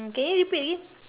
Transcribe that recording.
can you repeat again